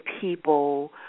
people